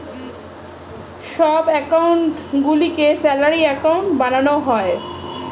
সব অ্যাকাউন্ট গুলিকে salary account বানানো যায়